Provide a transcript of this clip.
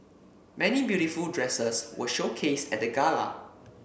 many beautiful dresses were showcased at the gala